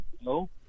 Hello